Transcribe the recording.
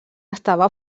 estava